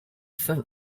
for